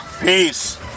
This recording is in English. Peace